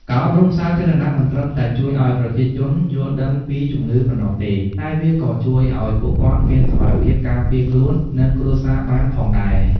ការអប់រំសាធារណៈមិនត្រឹមតែជួយឲ្យប្រជាជនយល់ដឹងពីជំងឺប៉ុណ្ណោះទេ តែវាក៏ជួយឲ្យពួកគាត់មានសមត្ថភាពការពារខ្លួន និងគ្រួសារបានផងដែរ។